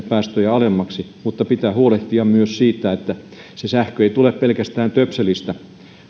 päästöjä alemmaksi pitää huolehtia myös siitä että se sähkö ei tule pelkästään töpselistä